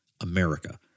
America